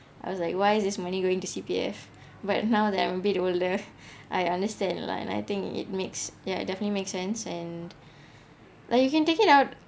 I was like why is this money going to C_P_F but now that I'm a bit older I understand lah and I think it makes ya definitely make sense and like you can take it out